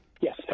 Yes